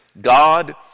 God